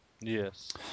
Yes